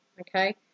okay